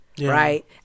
Right